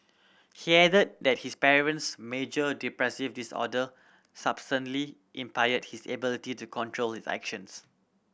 he added that his patient's major depressive disorder substantially impaired his ability to control his actions